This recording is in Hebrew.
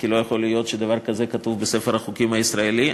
כי לא יכול להיות שדבר כזה כתוב בספר החוקים הישראלי.